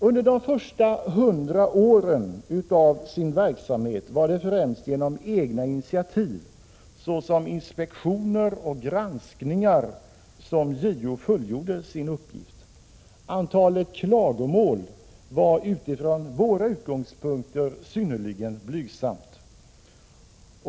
Under de första hundra åren av sin verksamhet var det främst genom egna initiativ, såsom inspektioner och granskningar, som JO fullgjorde sin uppgift. Antalet klagomål var utifrån våra utgångspunkter synnerligen blygsamt.